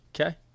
Okay